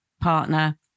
partner